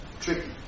tricky